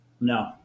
No